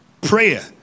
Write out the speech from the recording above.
Prayer